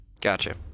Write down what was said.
Gotcha